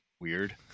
weird